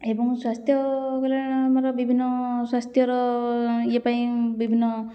ଏବଂ ସ୍ୱାସ୍ଥ୍ୟ କଲ୍ୟାଣର ଆମର ବିଭିନ୍ନ ସ୍ୱାସ୍ଥ୍ୟର ଇଏ ପାଇଁ ବିଭିନ୍ନ